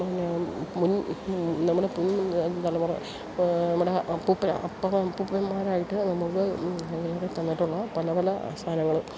എന്നാ മുൻ നമ്മള് മുൻ തലമുറ നമ്മുടെ അപ്പൂപ്പ അപ്പനപ്പൂപ്പന്മാരായിട്ട് നമുക്ക് ഏറെ തന്നിട്ടുള്ള പല പല സാധനങ്ങൾ